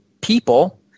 people